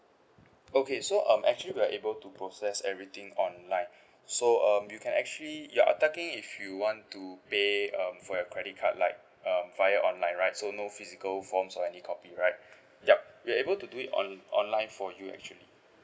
okay so um actually we are able to process everything online so um you can actually your uh talking if you want to pay um for your credit card like um via online right so no physical forms or any copy right yup we're able to do it on~ online for you actually